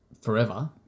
forever